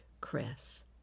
Chris